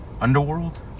Underworld